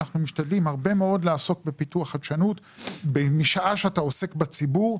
אנחנו משתדלים הרבה מאוד לעסוק בפיתוח חדשנות משעה שאתה עוסק בציבור.